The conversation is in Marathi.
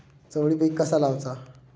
चवळी पीक कसा लावचा?